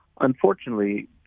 Unfortunately